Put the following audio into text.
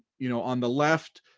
you know on the left,